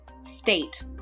State